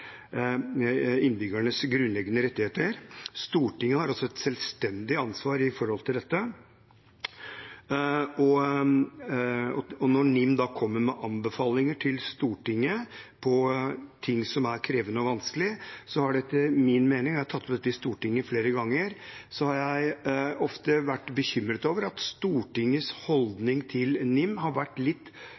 innbyggernes grunnleggende rettigheter. Stortinget har et selvstendig ansvar for dette. Når NIM kommer med anbefalinger til Stortinget om ting som er krevende og vanskelige, har jeg ofte vært bekymret over at Stortingets holdning til NIM har vært litt postkasseaktig. Jeg har tatt opp dette i Stortinget flere ganger. Med andre ord: Man tar imot anbefalingene, men sender det direkte videre til